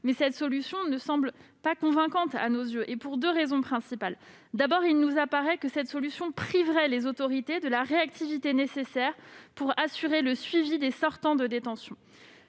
Cette solution ne semble pas convaincante à nos yeux, pour deux raisons principales. Premièrement, il nous semble que cette solution priverait les autorités de la réactivité nécessaire pour assurer le suivi des sortants de détention.